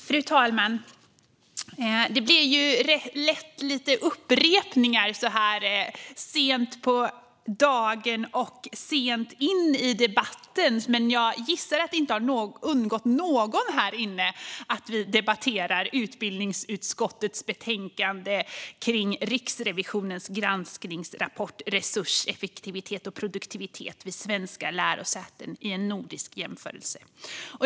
Fru talman! Det blir lätt lite upprepningar så här sent på dagen och sent in i debatten. Jag gissar att det inte har undgått någon här inne att vi debatterar utbildningsutskottets betänkande om Riksrevisionens granskningsrapport Resurseffektivitet och produktivitet vid Sveriges lärosäten i nordisk jämförelse .